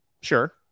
Sure